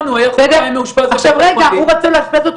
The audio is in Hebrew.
הוא ביקש שיאשפזו אותו